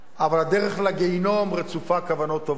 אבל הדרך לגיהינום רצופה כוונות טובות.